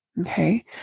Okay